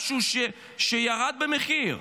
משהו שירד במחיר.